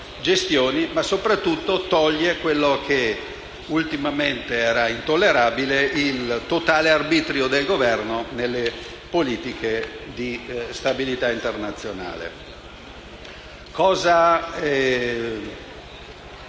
ma soprattutto toglie un aspetto che ultimamente era intollerabile, cioè il totale arbitrio del Governo nelle politiche di stabilità internazionale. I vari